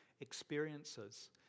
experiences